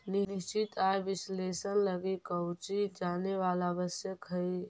निश्चित आय विश्लेषण लगी कउची जानेला आवश्यक हइ?